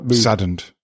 saddened